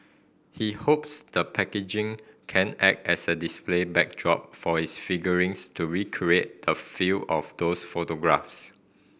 he hopes the packaging can act as a display backdrop for his figurines to recreate the feel of those photographs